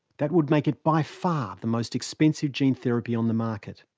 that would make it by far the most expensive gene therapy on the market.